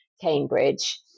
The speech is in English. Cambridge